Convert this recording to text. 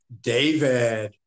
David